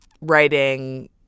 writing